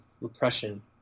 repression